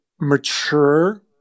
mature